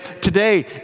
Today